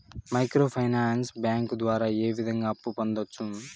micro finance bank ద్వారా ఏ విధంగా అప్పు పొందొచ్చు